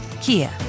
Kia